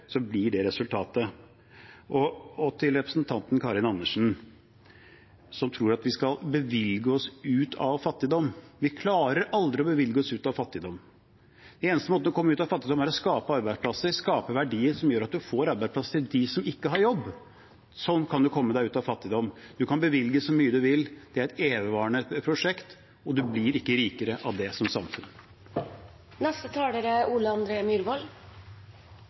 det blir resultatet. Til representanten Karin Andersen, som tror at vi kan bevilge oss ut av fattigdom: Vi klarer aldri å bevilge oss ut av fattigdom. Den eneste måten å komme seg ut av fattigdom på er å skape arbeidsplasser og verdier, som gjør at man får arbeidsplasser til dem som ikke har jobb. Slik kan man komme seg ut av fattigdom. Man kan bevilge så mye man vil, men det er et evigvarende prosjekt, og man blir ikke rikere som samfunn av det.